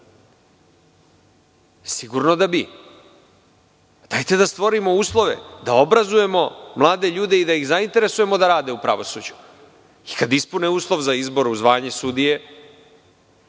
Sigurno da bi. Dajte da stvorimo uslove, da obrazujemo mlade ljude, da ih zainteresujemo da rade u pravosuđu i kad ispune uslov za izbor u zvanje sudije